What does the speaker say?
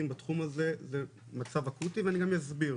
בתחום הזה זה מצב אקוטי ואני גם אסביר,